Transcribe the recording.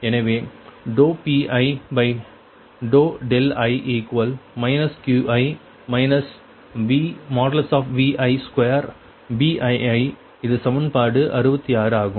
எனவே Pii Qi Vi2Bii இது சமன்பாடு 66 ஆகும்